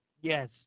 yes